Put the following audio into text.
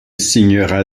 signera